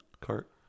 Cart